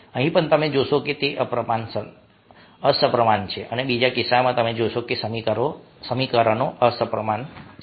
અહીં પણ તમે જોશો કે તે અસમપ્રમાણ છે બંને કિસ્સાઓમાં તમે જોશો કે સમીકરણો અસમપ્રમાણ છે